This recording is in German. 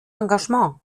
engagement